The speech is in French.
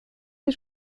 ses